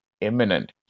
imminent